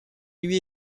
lui